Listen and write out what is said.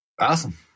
Awesome